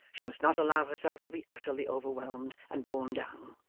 she must not allow herself to be utterly overwhelmed and borne down,